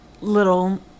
little